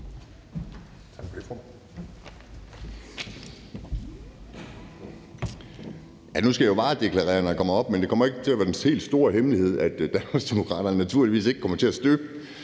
Tak for det.